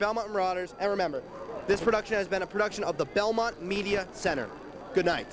marauders i remember this production has been a production of the belmont media center good night